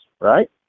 right